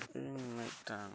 ᱤᱧ ᱢᱤᱫᱴᱟᱝ